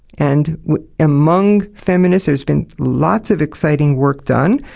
and among feminists there's been lots of exciting work done,